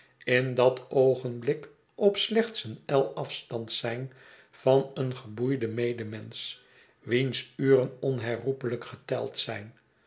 in dat oogenblik op slechts een el afstands zijn van een geboeiden medemensch wiens uren onherroepelijk geteld zijn